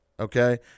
Okay